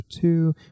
two